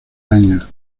año